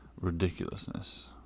ridiculousness